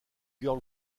girl